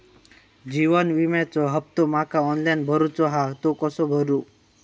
जीवन विम्याचो हफ्तो माका ऑनलाइन भरूचो हा तो कसो भरू?